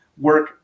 work